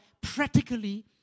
practically